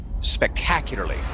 spectacularly